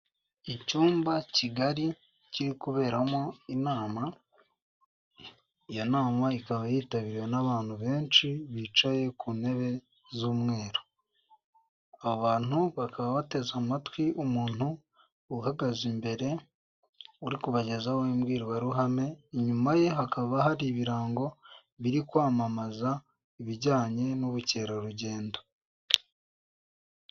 Icyumba kigari kiri kuberamo inama, iyo nama ikaba yitabiriwe n'abantu benshi bicaye ku ntebe z'umweru. Abantu bakaba bateze amatwi umuntu ugahaze imbere uri kubagezaho imbwirwaruhame, inyuma ye hakaba hari ibirango biri kwamamaza ibijyanye n'ubukerarugendo.